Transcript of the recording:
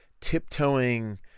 tiptoeing